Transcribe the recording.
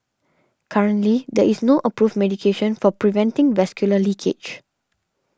currently there is no approved medication for preventing vascular leakage